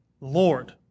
Lord